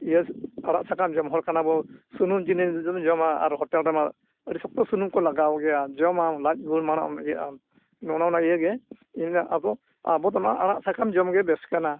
ᱤᱭᱟᱹ ᱟᱲᱟᱜ ᱥᱟᱠᱟᱢ ᱡᱚᱢ ᱦᱚᱲ ᱠᱟᱱᱟ ᱵᱚᱱ ᱥᱩᱱᱩᱢ ᱡᱤᱱᱤᱥ ᱡᱩᱫᱤᱢ ᱡᱚᱢᱟ ᱟᱨ ᱦᱳᱴᱮᱞ ᱨᱮᱢᱟ ᱟᱹᱰᱤ ᱥᱚᱠᱛᱚ ᱥᱩᱱᱩᱢ ᱠᱚ ᱞᱟᱜᱟᱣ ᱜᱮᱭᱟ ᱡᱚᱢᱟᱢ ᱞᱟᱡ ᱜᱳᱞᱢᱟᱞᱚᱜᱼᱟ ᱤᱭᱟᱹᱜ ᱟᱢ ᱱᱚᱜᱼᱚ ᱱᱚᱣᱟ ᱤᱭᱟᱹᱜᱮ ᱤᱧᱫᱚ ᱟᱫᱚ ᱟᱵᱚ ᱫᱚ ᱱᱚᱣᱟ ᱟᱲᱟᱜ ᱥᱟᱠᱟᱢ ᱡᱚᱢ ᱜᱮ ᱵᱮᱥ ᱠᱟᱱᱟ